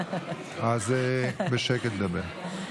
אז לדבר בשקט.